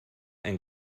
ein